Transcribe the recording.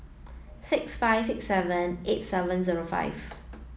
six five six seven eight seven zero five